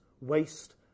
waste